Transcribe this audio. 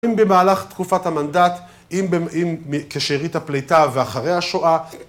אם במהלך תקופת המנדט, כשארית הפליטה, ואחרי השואה